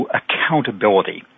accountability